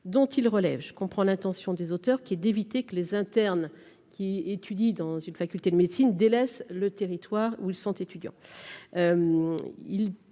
dont il relèvent je comprends l'intention des auteurs qui est d'éviter que les internes qui étudie dans une faculté de médecine délaissent le territoire où ils sont étudiants,